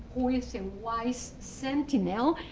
who is a wise sentinel,